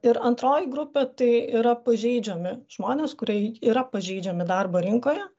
ir antroji grupė tai yra pažeidžiami žmonės kurie yra pažeidžiami darbo rinkoje